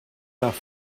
nach